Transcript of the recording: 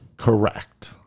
correct